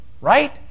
right